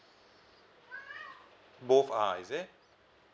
both are is it